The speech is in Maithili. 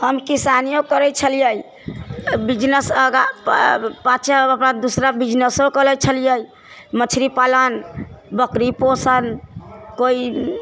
हम किसनियो करइ छलिऐ बिजनेस आगाँ पाछा अपना दूसरा बिजनेसो कऽ लै छलिऐ मछरी पालन बकरी पोषण कोइ